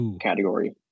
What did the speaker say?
category